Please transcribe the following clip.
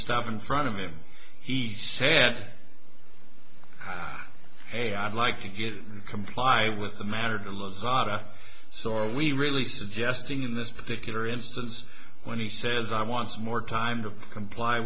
stuff in front of him he said hey i'd like to give comply with the matter to love god so are we really suggesting in this particular instance when he says i want more time to comply